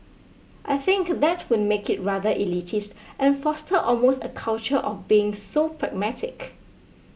I think that would make it rather elitist and foster almost a culture of being so pragmatic